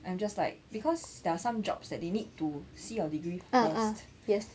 I'm just like because there are some jobs that they need to see your degree first